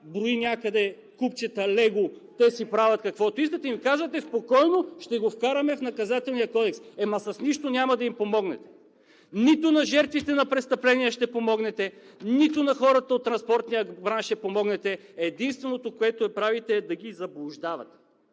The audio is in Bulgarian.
брои някъде кубчета лего, те си правят каквото си искат, и им казвате – спокойно, ще го вкараме в Наказателния кодекс. Но с нищо няма да им помогнете! Нито на жертвите на престъпления ще помогнете, нито на хората от транспортния бранш ще помогнете. Единственото, което правите, е да ги заблуждавате.